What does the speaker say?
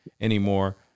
anymore